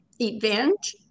event